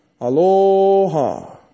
Aloha